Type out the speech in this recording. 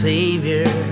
Savior